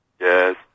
Yes